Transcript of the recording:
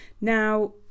now